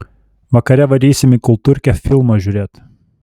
vakare varysim į kultūrkę filmo žiūrėt